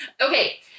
Okay